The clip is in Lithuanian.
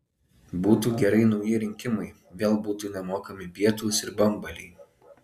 būtų gerai nauji rinkimai vėl būtų nemokami pietūs ir bambaliai